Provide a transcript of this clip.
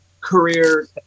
career